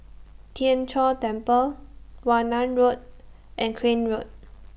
Tien Chor Temple Warna Road and Crane Road